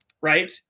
right